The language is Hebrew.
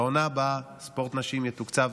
בעונה הבאה ספורט נשים יתוקצב